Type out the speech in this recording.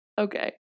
Okay